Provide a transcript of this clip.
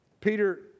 Peter